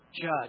judge